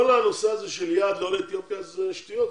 כל הנושא הזה של יעד לעולי אתיופיה זה שטויות.